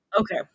Okay